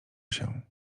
się